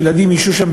ילדים ישהו שם,